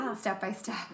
step-by-step